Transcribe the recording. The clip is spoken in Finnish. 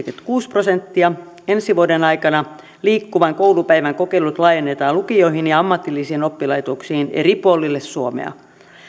nyt seitsemänkymmentäkuusi prosenttia ensi vuoden aikana liikkuvan koulupäivän kokeilut laajennetaan lukioihin ja ammatillisiin oppilaitoksiin eri puolille suomea